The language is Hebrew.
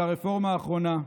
על הרפורמה האחרונה: